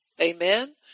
Amen